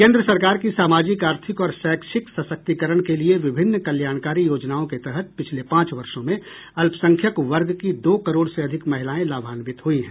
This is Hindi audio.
केन्द्र सरकार की सामाजिक आर्थिक और शैक्षिक सशक्तिकरण के लिए विभिन्न कल्याणकारी योजना के तहत पिछले पाँच वर्षों में अल्पसंख्यक वर्ग की दो करोड़ से अधिक महिलाएँ लाभान्वित हुईं हैं